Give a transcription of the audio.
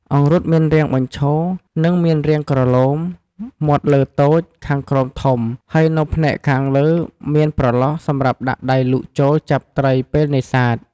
អង្រុតមានរាងបញ្ឈរនិងមានរាងក្រឡូម មាត់លើតូច ខាងក្រោមធំហើយនៅផ្នែកខាងលើមានប្រឡោះសម្រាប់ដាក់ដៃលូកចូលចាប់ត្រីពេលនេសាទ។